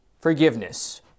forgiveness